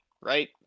right